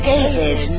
David